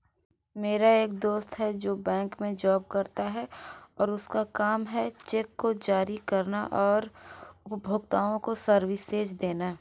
मेरा एक दोस्त है जो बैंक में जॉब करता है और उसका काम है चेक को जारी करना और उपभोक्ताओं को सर्विसेज देना